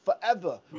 Forever